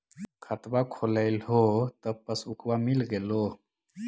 खतवा खोलैलहो तव पसबुकवा मिल गेलो?